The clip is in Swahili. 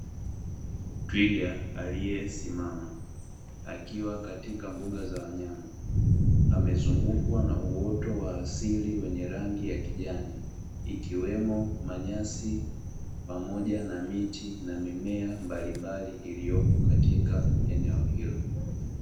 Twiga aliyesimama akiwa katika mbuga za wanyama. Amezungukwa na uoto wa asili wenye rangi ya kijani ikiwemo nyasi, pamoja na miti na mimea mbalimbali; iliyopo katika eneo hilo.